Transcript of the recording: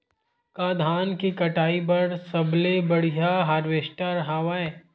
का धान के कटाई बर सबले बढ़िया हारवेस्टर हवय?